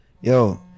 yo